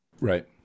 Right